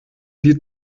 die